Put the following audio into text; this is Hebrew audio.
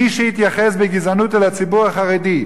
מי שיתייחס בגזענות אל הציבור החרדי,